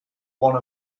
one